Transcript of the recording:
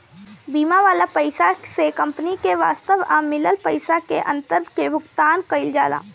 बीमा वाला पइसा से कंपनी के वास्तव आ मिलल पइसा के अंतर के भुगतान कईल जाला